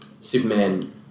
Superman